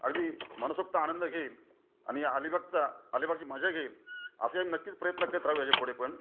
अगदी मनसोक्त आनंद घेईल आणि या अलिबागचा अलिबागची मजा घेईल असे नक्कीच प्रयत्न करत राहू ह्याच्या पुढे पण